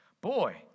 Boy